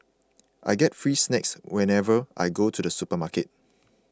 I get free snacks whenever I go to the supermarket